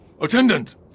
Attendant